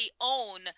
own